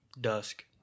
dusk